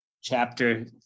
chapter